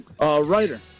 Writer